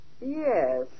Yes